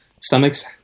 stomach's